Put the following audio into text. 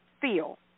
feel